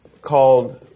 called